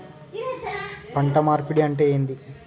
పంట మార్పిడి అంటే ఏంది?